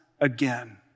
again